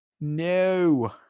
No